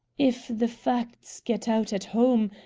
if the facts get out at home,